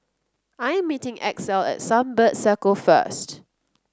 I'm meeting Axel at Sunbird Circle first